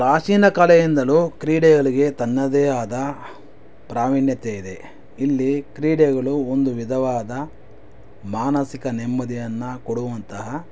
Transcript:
ಪ್ರಾಚೀನ ಕಾಲದಿಂದಲೂ ಕ್ರೀಡೆಗಳಿಗೆ ತನ್ನದೇ ಆದ ಪ್ರಾವೀಣ್ಯತೆ ಇದೆ ಇಲ್ಲಿ ಕ್ರೀಡೆಗಳು ಒಂದು ವಿಧವಾದ ಮಾನಸಿಕ ನೆಮ್ಮದಿಯನ್ನು ಕೊಡುವಂತಹ